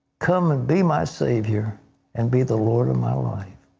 come and be my savior and be the lord of my life.